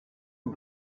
and